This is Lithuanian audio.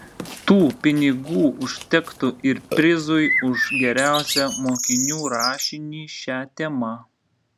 tų pinigų užtektų ir prizui už geriausią mokinių rašinį šia tema